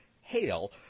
hail